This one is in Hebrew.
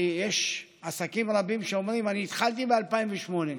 כי יש עסקים רבים שאומרים: אני התחלתי ב-2018,